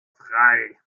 frei